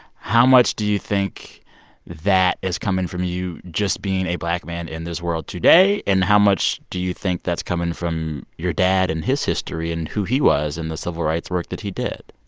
how much do you think that is coming from you just being a black man in this world today? and how much do you think that's coming from your dad and his history and who he was in the civil rights work that he did?